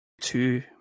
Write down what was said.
Two